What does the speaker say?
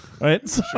right